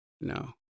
no